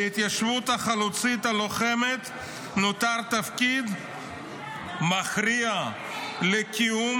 להתיישבות החלוצית הלוחמת נותר תפקיד מכריע לקיום